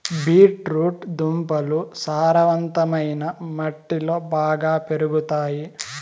beet root దుంపలు సారవంతమైన మట్టిలో బాగా పెరుగుతాయి